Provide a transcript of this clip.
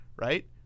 right